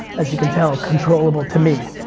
as you can tell, controllable to me.